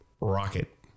rocket